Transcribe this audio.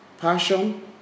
passion